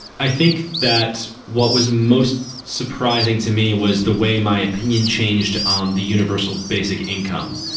i think that what was most surprising to me was the way my opinion changed on the universal basic income.